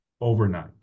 overnight